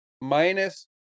minus